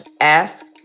ask